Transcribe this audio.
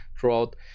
throughout